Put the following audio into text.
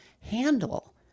handle